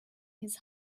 his